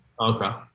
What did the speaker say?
Okay